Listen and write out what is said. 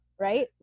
Right